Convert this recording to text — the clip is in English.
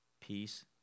Peace